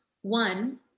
One